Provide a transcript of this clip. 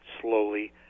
slowly